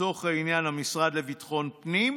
לצורך העניין המשרד לביטחון פנים,